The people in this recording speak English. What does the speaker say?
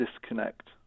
disconnect